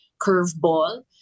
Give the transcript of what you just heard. curveball